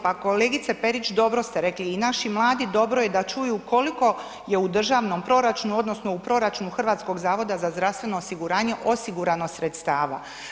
Pa kolegice Perić, dobro ste rekli, i naši mladi dobro je da čuju koliko je u državnom proračunu odnosno u proračunu Hrvatskog zavoda za zdravstveno osiguranje osigurano sredstava.